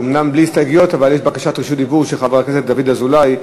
אומנם בלי הסתייגויות אבל יש בקשת רשות דיבור של חבר הכנסת דוד אזולאי,